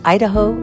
Idaho